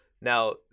Now